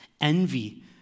envy